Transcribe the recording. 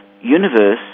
universe